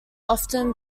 often